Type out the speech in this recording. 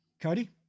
Cody